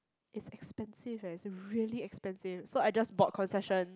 it's expensive eh it's really expensive so I just bought concession